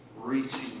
reaching